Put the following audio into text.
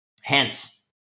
Hence